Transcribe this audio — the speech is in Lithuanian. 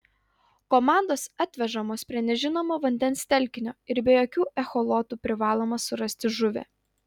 komandos atvežamos prie nežinomo vandens telkinio ir be jokių echolotų privaloma surasti žuvį